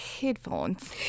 headphones